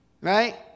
right